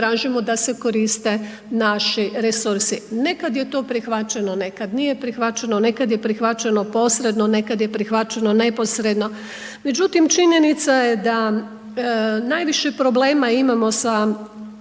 da se koriste naši resursi. Nekad je to prihvaćeno, nekad nije prihvaćeno, nekad je prihvaćeno posredno, nekad je prihvaćeno neposredno međutim činjenica je da najviše problema imamo sa